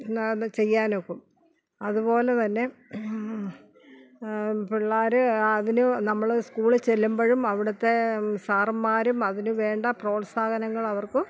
എന്നാൽ അത് ചെയ്യാനൊക്കും അതുപോലെ തന്നെ പിള്ളാർ അതിന് നമ്മൾ സ്കൂളിൽ ചെല്ലുമ്പോഴും അവിടുത്തെ സാറന്മാരും അതിന് വേണ്ട പ്രോത്സാഹനങ്ങൾ അവർക്ക്